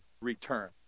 return